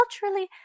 culturally